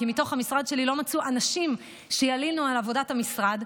כי מתוך המשרד שלי לא מצאו אנשים שילינו על עבודת המשרד,